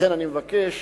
ולכן אבקש